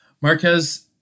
Marquez